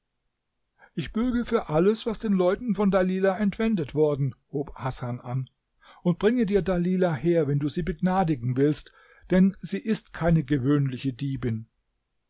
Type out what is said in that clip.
ich bürge für alles was den leuten von dalilah entwendet worden hob hasan an und bringe dir dalilah her wenn du sie begnadigen willst denn sie ist keine gewöhnliche diebin